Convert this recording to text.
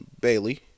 Bailey